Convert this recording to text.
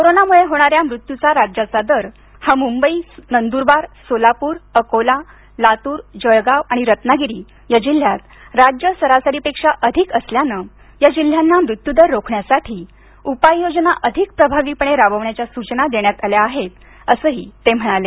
कोरोनामुळे होणाऱ्या मृत्यूचा राज्याचा दर हा मुंबई नंद्रबार सोलापूर अकोला लातूर जळगाव आणि रत्नागिरी या जिल्ह्यांत राज्य सरासरीपेक्षा अधिक असल्यानं या जिल्ह्यांना मृत्यूदर रोखण्यासाठी उपाययोजना अधिक प्रभावीपणे राबविण्याच्या सूचना देण्यात आल्या आहेत असंही ते म्हणाले